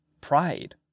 pride